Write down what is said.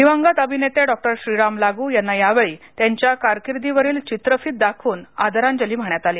दिवंगत अभिनेते डॉ श्रीराम लाग्र यांना यावेळी त्यांच्या कारकिर्दी वरील चित्रफित दाखवून आदरांजली वाहण्यात आली